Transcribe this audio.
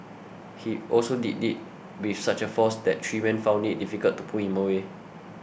he also did it with such a force that three men found it difficult to pull him away